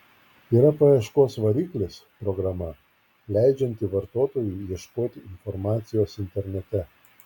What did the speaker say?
yra paieškos variklis programa leidžianti vartotojui ieškoti informacijos internete